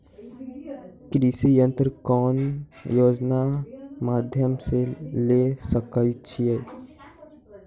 कृषि यंत्र कौन योजना के माध्यम से ले सकैछिए?